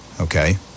Okay